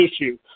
issue